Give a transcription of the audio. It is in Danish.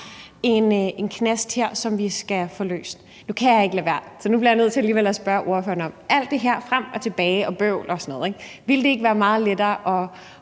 en knast her, som vi skal have løst. Nu kan jeg ikke lade være, så nu bliver jeg nødt til alligevel at spørge ordføreren: Ville det ikke i forhold til alt det her frem og tilbage og bøvl og sådan noget være meget lettere at